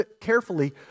carefully